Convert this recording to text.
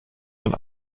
ein